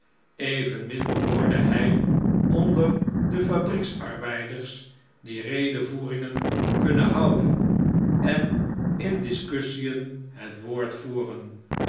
evenmin behoorde hij onder de fabrieksarbeiders die redevoeringen kunnen houden en in discussien het woord voeren